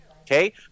Okay